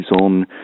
on